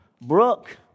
Brooke